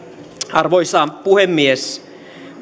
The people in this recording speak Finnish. arvoisa puhemies